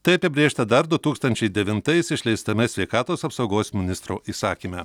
tai apibrėžta dar du tūkstančiai devintais išleistame sveikatos apsaugos ministro įsakyme